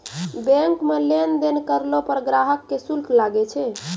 bank मे लेन देन करलो पर ग्राहक के शुल्क लागै छै